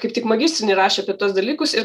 kaip tik magistrinį rašė apie tuos dalykus ir